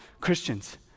Christians